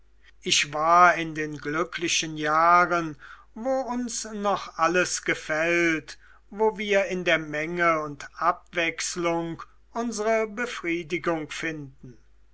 ich war in den glücklichen jahren wo uns noch alles gefällt wo wir in der menge und abwechslung unsre befriedigung finden